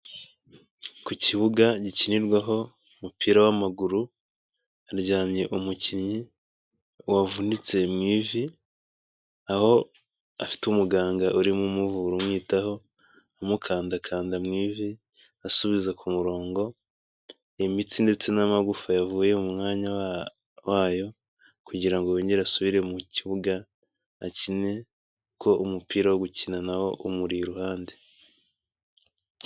Ku kibuga gikinirwaho umupira w'amaguru haryamye umukinnyi wavunitse mu ivi, aho afite umuganga urimo umuvura umwitaho, amukandakanda mu ivi, asubiza ku murongo imitsi ndetse n'amagufwa yavuye mu mwanya wayo kugira ngo yongere asubire mu kibuga akine, ko umupira wo gukina na wo umuri iruhande.